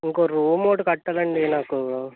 ఇంకో రూమ్ ఒకటి కట్టాలండి నాకు